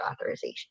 authorization